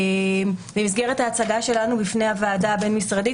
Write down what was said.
במסגרת ההצגה שלנו בפני הוועדה הבין-משרדית,